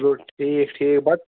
چلو ٹھیٖک ٹھیٖک بَتہٕ